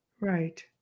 Right